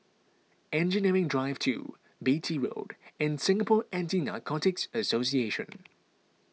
Engineering Drive two Beatty Road and Singapore Anti Narcotics Association